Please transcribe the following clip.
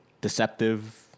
deceptive